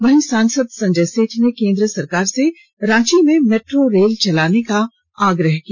वहीं सांसद संजय सेठ ने केंद्र सरकार से रांची में मेट्रो रेल चलाने का आग्रह किया